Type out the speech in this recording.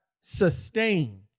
sustain